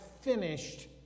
finished